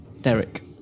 derek